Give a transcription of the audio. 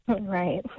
Right